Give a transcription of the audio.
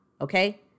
Okay